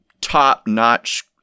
top-notch